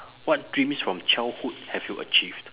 what dreams from childhood have you achieved